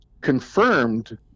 confirmed